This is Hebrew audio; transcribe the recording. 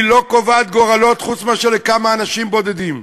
היא לא קובעת גורלות חוץ מאשר לכמה אנשים בודדים,